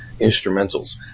instrumentals